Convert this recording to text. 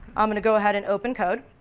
i'm going to go ahead and open code,